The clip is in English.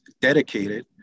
dedicated